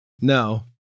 No